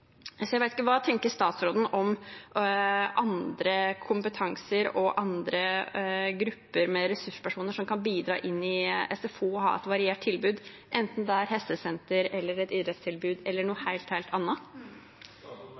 Hva tenker statsråden om annen kompetanse og andre grupper med ressurspersoner som kan bidra inn i SFO og ha et variert tilbud – enten det er hestesenter, idrettstilbud eller